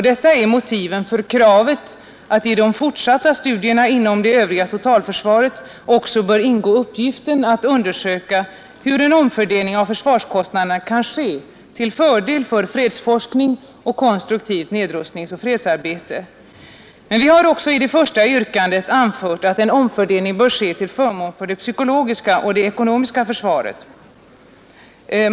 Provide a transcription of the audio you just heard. Detta är motiven för kravet att i de fortsatta studierna inom det övriga totalförsvaret också bör ingå uppgiften att undersöka hur en omfördelning av försvarskostnaderna kan göras, till fördel för fredsforskning och konstruktivt nedrustningsoch fredsarbete. Vi har också i det första yrkandet anfört att en omfördelning bör ske till förmån för det psykologiska och det ekonomiska försvaret.